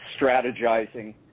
strategizing